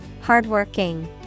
Hardworking